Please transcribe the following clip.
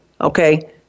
Okay